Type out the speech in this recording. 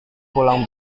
pulang